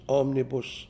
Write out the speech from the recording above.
omnibus